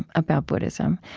about buddhism,